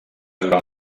durant